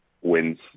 wins